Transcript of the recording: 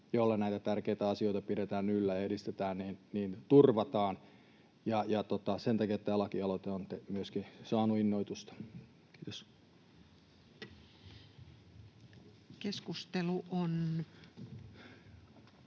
jolla näitä tärkeitä asioita pidetään yllä ja edistetään, turvataan, ja sen takia tämä lakialoite on myöskin saanut innoitusta. — Kiitos. [Speech 171]